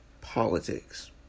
politics